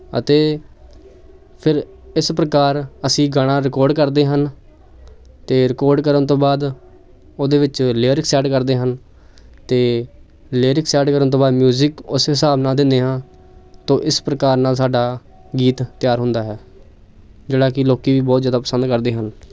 ਅਤੇ ਫਿਰ ਇਸ ਪ੍ਰਕਾਰ ਅਸੀਂ ਗਾਣਾ ਰਿਕੋਡ ਕਰਦੇ ਹਨ ਅਤੇ ਰਿਕੋਡ ਕਰਨ ਤੋਂ ਬਾਅਦ ਉਹਦੇ ਵਿੱਚ ਲੇਅਰਿਕਸ ਐਡ ਕਰਦੇ ਹਨ ਅਤੇ ਲੇਅਰਿਕਸ ਐਡ ਕਰਨ ਤੋਂ ਬਾਅਦ ਮਿਊਜਿਕ ਉਸ ਹਿਸਾਬ ਨਾਲ ਦਿੰਦੇ ਹਾਂ ਤੋਂ ਇਸ ਪ੍ਰਕਾਰ ਨਾਲ ਸਾਡਾ ਗੀਤ ਤਿਆਰ ਹੁੰਦਾ ਹੈ ਜਿਹੜਾ ਕਿ ਲੋਕ ਵੀ ਬਹੁਤ ਜ਼ਿਆਦਾ ਪਸੰਦ ਕਰਦੇ ਹਨ